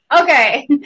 okay